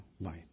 light